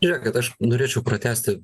žiūrėkit aš norėčiau pratęsti